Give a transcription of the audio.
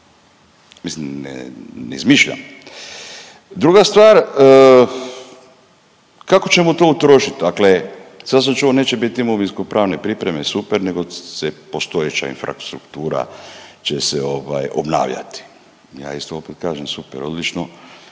Mislim ne izmišljam. Druga stvar kako ćemo to utrošiti. Dakle, sad sam čuo neće biti imovinsko pravne pripreme super, nego se postojeća infrastruktura će se obnavljati. Ja isto opet kažem super, odlično